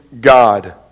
God